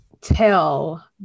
tell